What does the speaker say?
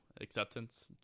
acceptance